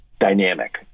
dynamic